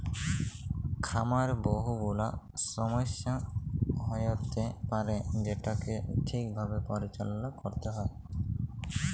খামারে বহু গুলা ছমস্যা হ্য়য়তে পারে যেটাকে ঠিক ভাবে পরিচাললা ক্যরতে হ্যয়